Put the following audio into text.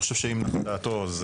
אני חושב שאם נחה דעתו, אז